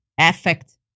Effect